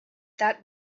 that